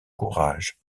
courage